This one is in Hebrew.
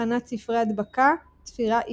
הכנת ספרי הדבקה, תפירה איטית.